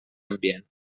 ambient